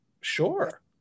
Sure